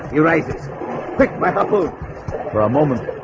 yeah arises pitiful for a moment.